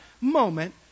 moment